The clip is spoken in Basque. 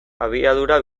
abiadura